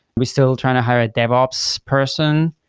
we're still trying to hire a devops person,